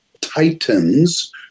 Titans